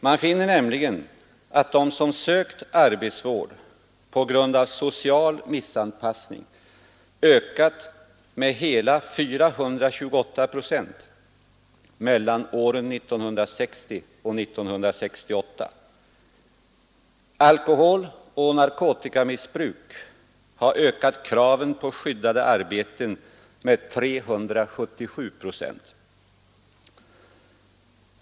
Man finner nämligen att de som sökt arbetsvård på grund av social missanpassning ökade med hela 428 procent mellan åren 1960 och 1968. Alkoholoch narkotikamissbruk har ökat kraven på skyddade arbeten med 377 procent.